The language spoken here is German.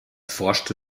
forschte